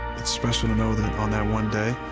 it's special to know that on that one day